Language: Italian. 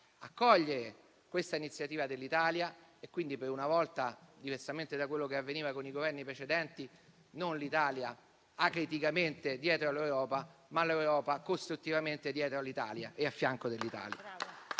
accogliere questa iniziativa dell'Italia e quindi, per una volta, diversamente da quello che avveniva con i Governi precedenti, non l'Italia acriticamente dietro all'Europa, ma l'Europa costruttivamente dietro e a fianco dell'Italia.